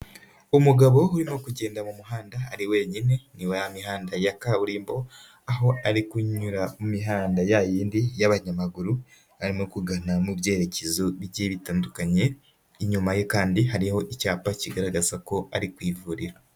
Imugabo urimo kugenda mu muhanda ari wenyine ni ya mihanda ya kaburimbo ,aho ari kunyura mu mihanda ya y'indi y'abanyamaguru arimo kugana mu byerekezo bigiye bitandukanye, inyuma ye kandi hariho icyapa kigaragaza ko ari ku ivuriro.